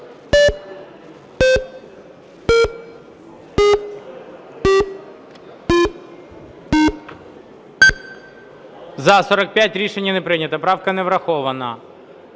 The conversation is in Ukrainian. За-45 Рішення не прийнято. Правка не врахована.